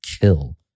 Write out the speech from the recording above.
kill